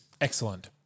Excellent